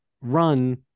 run